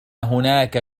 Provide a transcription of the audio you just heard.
هناك